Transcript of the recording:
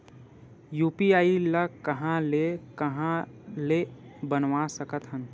UPI ल कहां ले कहां ले बनवा सकत हन?